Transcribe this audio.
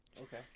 Okay